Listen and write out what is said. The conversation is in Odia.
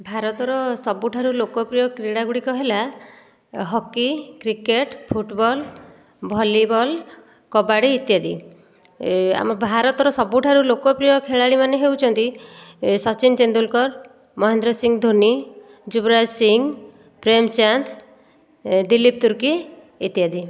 ଭାରତର ସବୁଠାରୁ ଲୋକପ୍ରିୟ କ୍ରିଡ଼ା ଗୁଡ଼ିକ ହେଲା hockey cricket football volleyball kabaddi ଇତ୍ୟାଦି ଆମ ଭାରତର ସବୁଠାରୁ ଲୋକପ୍ରିୟ ଖେଳାଳିମାନେ ହେଉଛନ୍ତି ସଚିନ ତେନ୍ଦୁଲକର ମହେନ୍ଦ୍ର ସିଂ ଧୋନି ଯୁବରାଜ ସିଂ ପ୍ରେମଚାନ୍ଦ ଦିଲୀପ ତୁର୍କୀ ଇତ୍ୟାଦି